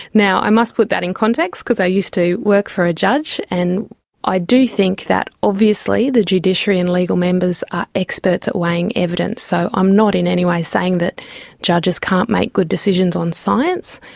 now, i must put that in context because i used to work for a judge and i do think that obviously the judiciary and legal members are experts at weighing evidence, so i'm not in any way saying the judges can't make good decisions on science.